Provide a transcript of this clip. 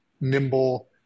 nimble